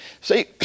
See